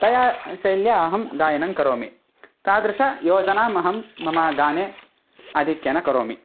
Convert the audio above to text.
तया शैल्या अहं गायनं करोमि तादृशीं योजनाम् अहं मम गाने आधिक्येन करोमि